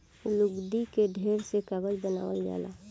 लुगदी के ढेर से कागज बनावल जाला